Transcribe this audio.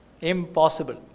Impossible